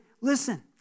Listen